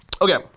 Okay